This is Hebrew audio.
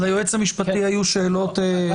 ליועץ המשפטי היו שאלות לעברך,